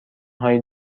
هایی